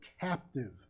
captive